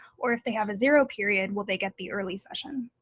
or if they have a zero period, will they get the early session?